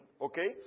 okay